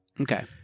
Okay